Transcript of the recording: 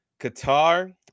Qatar